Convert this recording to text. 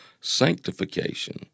sanctification